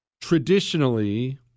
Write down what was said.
traditionally